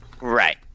right